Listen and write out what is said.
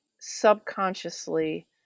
subconsciously